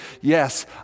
yes